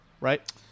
right